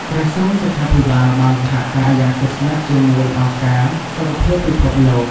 ក្រសួងសុខាភិបាលបានសហការយ៉ាងជិតស្និទ្ធជាមួយអង្គការសុខភាពពិភពលោក។